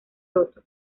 roto